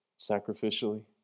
Sacrificially